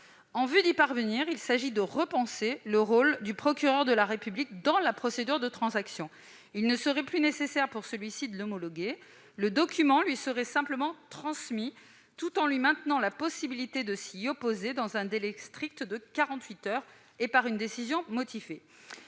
Pour y parvenir, il convient de repenser le rôle du procureur de la République dans le cadre de la procédure de transaction. Il ne serait plus nécessaire pour lui de l'homologuer. Le document lui serait simplement transmis. Il aurait toutefois la possibilité de s'y opposer dans un délai strict de quarante-huit heures et par une décision motivée.